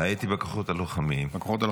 הייתי בכוחות הלוחמים.